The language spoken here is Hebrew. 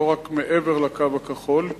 לא רק מעבר ל"קו הכחול".